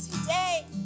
today